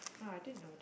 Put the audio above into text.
ah I didn't know that